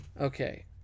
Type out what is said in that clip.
Okay